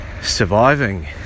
surviving